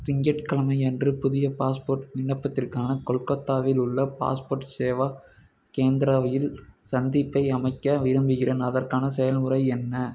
திங்கட்கிழமை அன்று புதிய பாஸ்போர்ட் விண்ணப்பத்திற்கான கொல்கத்தாவில் உள்ள பாஸ்போர்ட் சேவா கேந்திராவில் சந்திப்பை அமைக்க விரும்புகிறேன் அதற்கான செயல்முறை என்ன